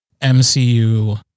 MCU